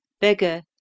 Beggar